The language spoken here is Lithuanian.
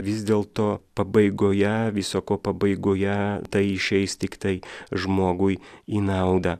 vis dėlto pabaigoje viso ko pabaigoje tai išeis tiktai žmogui į naudą